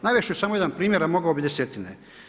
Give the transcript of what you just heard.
Navest ću samo jedan primjer, a mogao bih desetine.